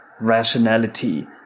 rationality